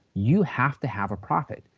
you have to have a profit.